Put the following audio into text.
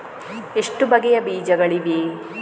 ಎಷ್ಟು ಬಗೆಯ ಬೀಜಗಳಿವೆ?